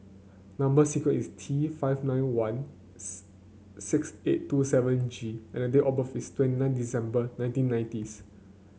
number sequence is T five nine one six eight two seven G and the date of birth is twenty nine December nineteen nineties